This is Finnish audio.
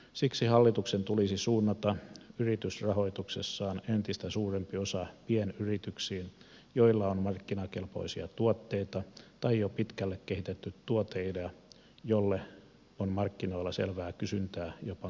siksi hallituksen tulisi suunnata yritysrahoituksestaan entistä suurempi osa pienyrityksiin joilla on markkinakelpoisia tuotteita tai jo pitkälle kehitetty tuoteidea jolle on markkinoilla selvää kysyntää jopa kansainvälisesti